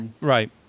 Right